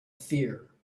fear